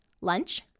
Lunch